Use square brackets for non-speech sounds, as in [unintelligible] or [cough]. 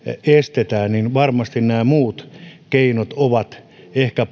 estetään varmasti nämä muut keinot ovat ehkä [unintelligible]